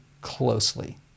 closely